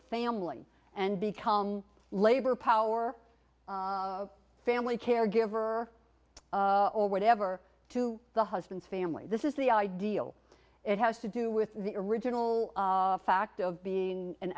family and become labor power family caregiver or whatever to the husband's family this is the ideal it has to do with the original fact of being an